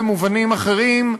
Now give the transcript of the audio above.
במובנים אחרים,